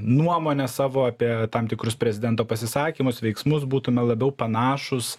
nuomone savo apie tam tikrus prezidento pasisakymus veiksmus būtume labiau panašūs